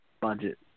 budget